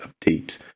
update